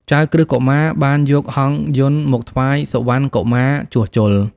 ចៅក្រឹស្នកុមារបានយកហង្សយន្តមកថ្វាយសុវណ្ណកុមារជួសជុល។